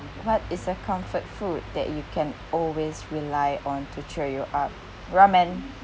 what is a comfort food that you can always rely on to cheer you up ramen